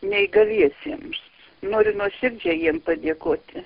neįgaliesiems noriu nuoširdžiai jiem padėkoti